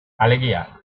alegia